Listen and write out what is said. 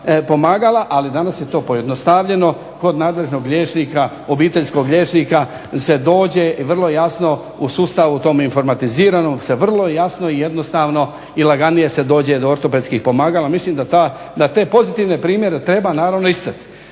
ali danas je to pojednostavljeno. Kod nadležnog obiteljskog liječnika se dođe vrlo jasno u sustavu tom informatiziranom se vrlo jasno i jednostavno se dođe do ortopedskih pomagala. Mislim da te pozitivne primjere treba istaći.